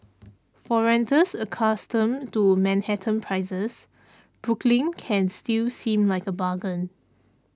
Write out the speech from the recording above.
for renters accustomed to Manhattan prices Brooklyn can still seem like a bargain